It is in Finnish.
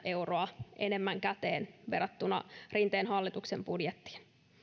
euroa enemmän käteen verrattuna rinteen hallituksen budjettiin